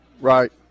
Right